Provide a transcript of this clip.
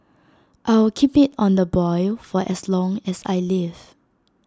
I'll keep IT on the boil for as long as I live